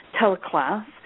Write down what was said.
teleclass